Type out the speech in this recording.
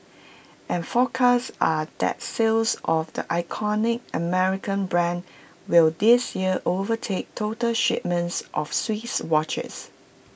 and forecasts are that sales of the iconic American brand will this year overtake total shipments of Swiss watches